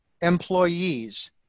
employees